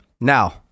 Now